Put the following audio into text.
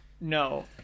No